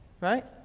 right